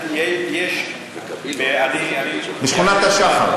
יש, אני, בשכונת השחר.